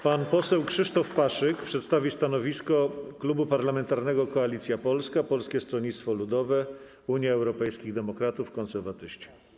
Pan poseł Krzysztof Paszyk przedstawi stanowisko Klubu Parlamentarnego Koalicja Polska - Polskie Stronnictwo Ludowe, Unia Europejskich Demokratów, Konserwatyści.